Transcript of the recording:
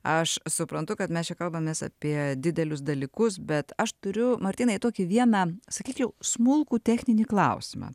aš suprantu kad mes čia kalbamės apie didelius dalykus bet aš turiu martynai tokį viena sakyčiau smulkų techninį klausimą